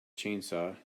chainsaw